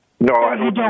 No